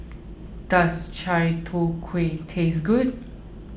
does Chai Tow Kway taste good